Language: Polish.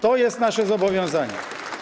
To jest nasze zobowiązanie.